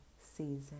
season